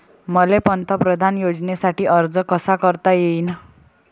मले पंतप्रधान योजनेसाठी अर्ज कसा कसा करता येईन?